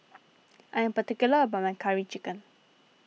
I am particular about my Curry Chicken